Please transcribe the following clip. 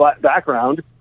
background